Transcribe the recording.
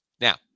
Now